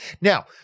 Now